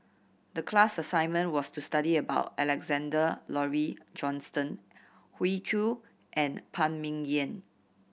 the class assignment was to study about Alexander Laurie Johnston Hoey Choo and Phan Ming Yen